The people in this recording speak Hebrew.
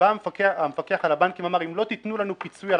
-- ובא המפקח על הבנקים ואמר: אם לא תתנו לנו פיצוי על